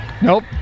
Nope